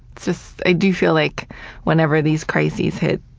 just i do feel like whenever these crises hit,